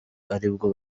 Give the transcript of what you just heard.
aribwo